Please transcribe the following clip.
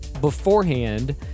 beforehand